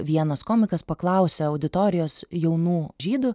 vienas komikas paklausė auditorijos jaunų žydų